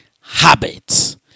habits